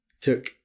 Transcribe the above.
took